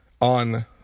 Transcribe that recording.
on